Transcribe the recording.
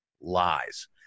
lies